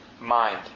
mind